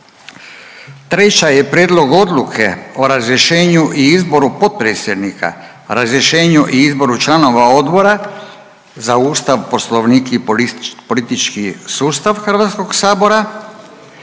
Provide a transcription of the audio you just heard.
je Prijedlog odluke o razrješenju i izboru potpredsjednika, razrješenju i izboru članova Odbora za Ustav, Poslovnik i politički sustav HS-a, pa